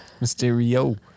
Mysterio